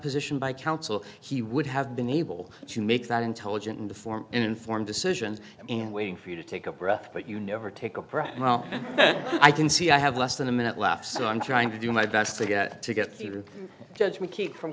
position by counsel he would have been able to make that intelligent and to form informed decisions and waiting for you to take a breath but you never take a prep well i can see i have less than a minute left so i'm trying to do my best to get to get through judge we keep from